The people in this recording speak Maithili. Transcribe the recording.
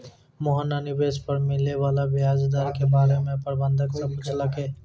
मोहन न निवेश पर मिले वाला व्याज दर के बारे म प्रबंधक स पूछलकै